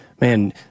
Man